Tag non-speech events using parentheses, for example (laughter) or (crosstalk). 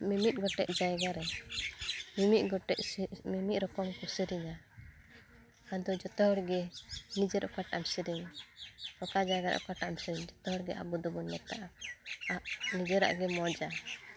ᱢᱤᱼᱢᱤᱫ ᱜᱚᱴᱮᱱ ᱡᱟᱭᱜᱟᱨᱮ ᱢᱤᱼᱢᱤᱫ ᱜᱚᱴᱮᱱ (unintelligible) ᱢᱤᱼᱢᱤᱫ ᱨᱚᱠᱚᱢᱠᱚ ᱥᱮᱨᱮᱧᱟ ᱟᱫᱚ ᱡᱚᱛᱚ ᱦᱚᱲᱜᱮ ᱱᱤᱡᱮᱨ ᱚᱠᱟᱴᱟᱜᱼᱮᱢ ᱥᱮᱨᱮᱧ ᱚᱠᱟ ᱡᱟᱭᱜᱟ ᱚᱠᱟᱴᱟᱜᱼᱮᱢ ᱥᱮᱨᱮᱧ ᱡᱚᱛᱚᱦᱚᱲ ᱜᱮ ᱟᱵᱚ ᱫᱚᱵᱚᱱ ᱢᱮᱛᱟᱜᱼᱟ ᱱᱤᱡᱮᱨᱟᱜ ᱜᱮ ᱢᱚᱡᱟ